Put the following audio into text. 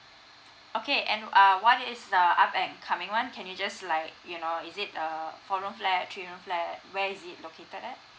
okay and err what is the up and coming [one] can you just like you know is it err four room flat three room flat where is it located